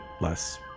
less